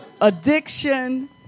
Addiction